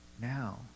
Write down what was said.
now